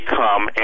come